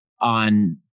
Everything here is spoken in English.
on